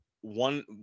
one